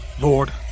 Lord